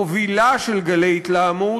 מובילה של גלי התלהמות,